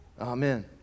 Amen